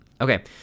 okay